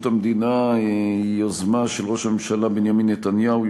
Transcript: המדינה היא יוזמה של ראש הממשלה בנימין נתניהו.